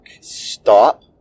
stop